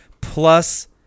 plus